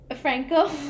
Franco